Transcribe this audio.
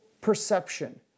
perception